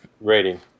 Rating